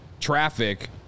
traffic